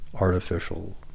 artificial